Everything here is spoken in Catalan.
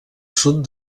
sud